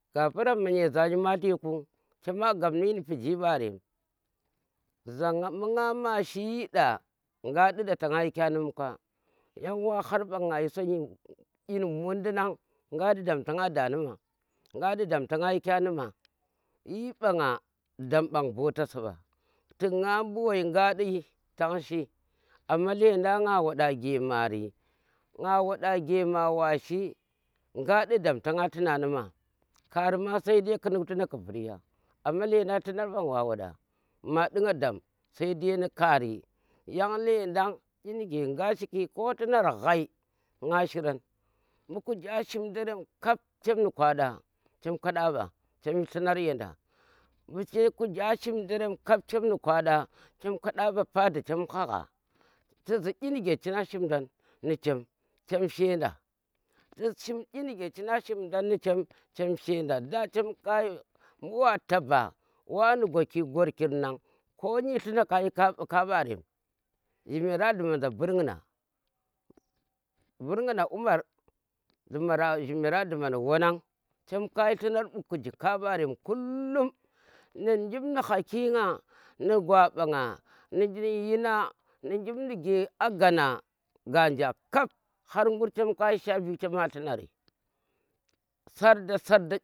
Gappramma nyeza nyimalti ku chema gab ni yin pijiri mɓarem za nga mu̱ nga ma shi yii ɗa, nga ɗi da tanga da nim kwa? yang wa har mɓang nga shi songyi dyin muddina nga ɗi daam ta nga da nima, nga ɓi dam ta nga yi ka nima yi mbanga dam mban bota si mba tik nga mbu wai nga di tan shi, amma lendang nga wada gemari, nga waɗa gema wa shi nga ɗi dam ta nga dluna nima, kari ma sai dai ƙi duk dluna ƙi vur ya, lendang har ɓang wa waɗa ma di nga daam sai dai ni kari, yang lendang nga inige nga shi ki koh tlunar xhai nga shiran ɓu kuji a shiim darem kap cham ni kwaɗa, chem kaɗa ɓa chem yhi dlunar yanda ɓuke kuji a shim darem chem kap ni kwada chem ka da mba fada chem hagha ti zii inige chii na shiim dan ni chem chem she nda. ti zii inu china shim dan chem shi yanda daa chem mbu̱ wa taba wa ni gwaki gwarkirnga ko nyi dluna ka kayi kambarem, njimera dluman za Burghna burghna Umar njimera dluman za wanangan chem ka yi dlunar ɓu kuji kanbarem kullum ni jim ni ha ki nga ni gwa ɓa nga, ni yina, nijim nige a gana ganje kap hur ngur chem kayi sha biyu chama tlunari sarda sarda.